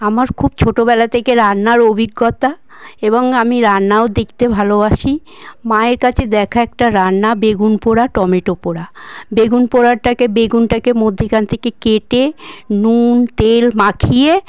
আমার খুব ছোটোবেলা থেকে রান্নার অভিজ্ঞতা এবং আমি রান্নাও দেখতে ভালবাসি মায়ের কাছে দেখা একটা রান্না বেগুন পোড়া টমেটো পোড়া বেগুন পোড়াটাকে বেগুনটাকে মধ্যিখান থেকে কেটে নুন তেল মাখিয়ে